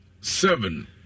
seven